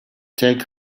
take